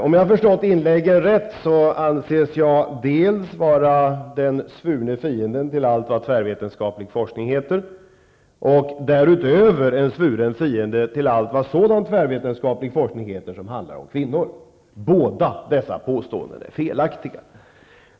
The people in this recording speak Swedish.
Om jag har förstått inläggen rätt anses jag dels vara den svurne fienden till allt vad tvärvetenskaplig forskning heter, dels vara en svuren fiende till allt vad sådan tvärvetenskaplig forskning som handlar om kvinnor heter. Båda dessa påståenden är felaktiga.